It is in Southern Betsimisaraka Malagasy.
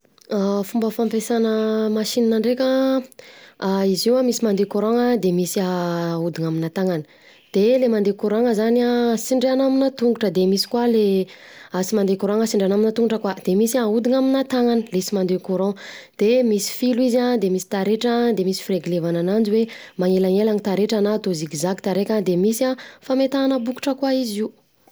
Fomba fapiasana machine ndreka, izy io an misy mandeha courant-gna de misy ahodina aminà tanana de le mandeha courant-gna zany sindriana aminà tongotra, de misy koa le tsy mandeha sindriana aminà tongotra koa, de misy ahodina aminà tanana le sy mandeha courant. De misy filo izy an de misy taretra de misy fireglevana ananjy hoe mahelahela ny taretra na atao zigzag tareka an, de misy an, fametahana bokotra koa izy io.